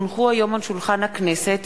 כי הונחו היום על שולחן הכנסת,